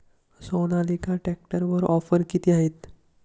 सोनालिका ट्रॅक्टरवर ऑफर किती आहे?